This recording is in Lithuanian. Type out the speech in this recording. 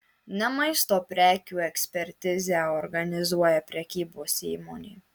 ne maisto prekių ekspertizę organizuoja prekybos įmonė